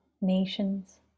nations